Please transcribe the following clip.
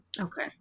okay